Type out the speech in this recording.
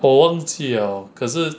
我忘记了可是